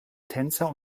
tänzer